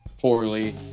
poorly